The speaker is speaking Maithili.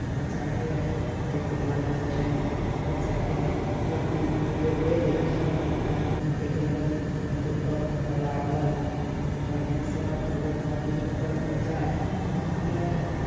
बच्चाके ताहिके बादसँ बच्चाके अथी जे भेल छओ महीनाके भेल तऽ गुरकय फुरकय लागल खूब बढ़िआँसँ गुरकल फुरकल बच्चा ठेहुनिआ मारलक